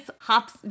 hops